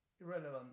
irrelevant